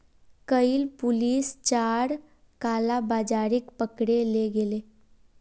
कइल पुलिस चार कालाबाजारिक पकड़े ले गेले